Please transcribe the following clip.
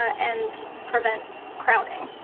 and prevent crowding.